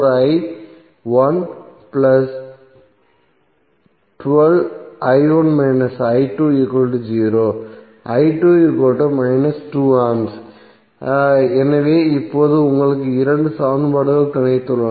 A எனவே இப்போது உங்களுக்கு இரண்டு சமன்பாடுகள் கிடைத்துள்ளன